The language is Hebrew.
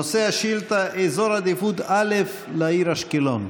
נושא השאילתה: אזור עדיפות א' לעיר אשקלון.